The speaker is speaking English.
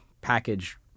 package